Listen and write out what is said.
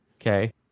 Okay